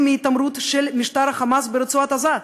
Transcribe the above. מהתעמרות של משטר ה"חמאס" ברצועת-עזה.